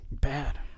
Bad